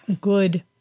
good